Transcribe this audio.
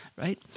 right